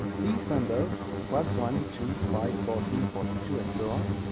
these numbers, one, one, two, five, fourteen, forty two, and so on,